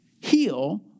heal